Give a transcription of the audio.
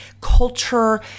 culture